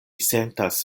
sentas